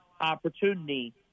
opportunity